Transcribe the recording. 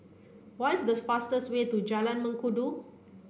what is the fastest way to Jalan Mengkudu